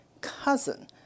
cousin